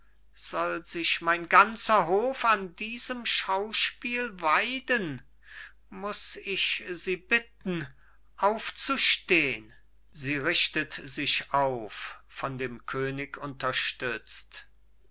soll sich mein ganzer hof an diesem schauspiel weiden muß ich sie bitten aufzustehn sie richtet sich auf von dem könig unterstützt